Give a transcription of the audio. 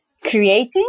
creating